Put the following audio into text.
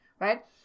right